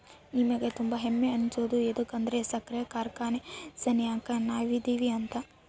ನಮಿಗೆ ತುಂಬಾ ಹೆಮ್ಮೆ ಅನ್ಸೋದು ಯದುಕಂದ್ರ ಸಕ್ರೆ ಕಾರ್ಖಾನೆ ಸೆನೆಕ ನಾವದಿವಿ ಅಂತ